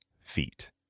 feet